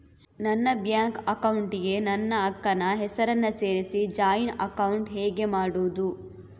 ನನ್ನ bank account ಗೆ ನನ್ನ ಅಕ್ಕ ನ ಹೆಸರನ್ನ ಸೇರಿಸಿ ಜಾಯಿನ್ ಅಕೌಂಟ್ ಹೇಗೆ ಮಾಡುದು?